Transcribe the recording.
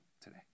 today